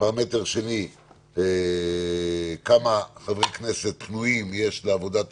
פרמטר שני הוא כמה חברי כנסת פנויים יש לעבודת